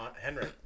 Henry